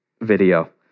video